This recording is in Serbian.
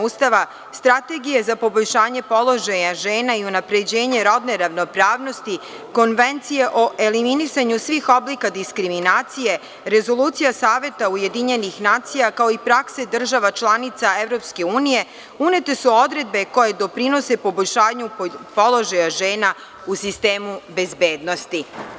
Ustava, strategije za poboljšanje položaja žena i unapređenje rodne ravnopravnosti, konvencije o eliminisanju svih oblika diskriminacije, rezolucija saveta UN, kao i prakse državnih članica EU, unete su odredbe koje doprinose poboljšanju položaja žena u sistemu bezbednosti.